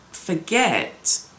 forget